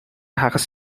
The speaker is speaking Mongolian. хагас